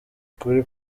kuri